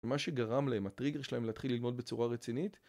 מה שגרם להם, הטריגר שלהם להתחיל ללמוד בצורה רצינית